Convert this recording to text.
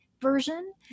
version